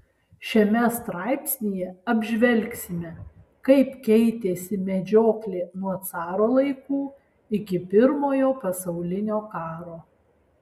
šiame straipsnyje apžvelgsime kaip keitėsi medžioklė nuo caro laikų iki pirmojo pasaulinio karo